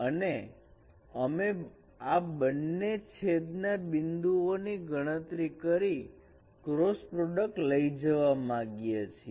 અને અમે આ બંને છેદના બિંદુઓ ની ગણતરી કરી ક્રોસ પ્રોડક્ટ લઈ જવા માગીએ છીએ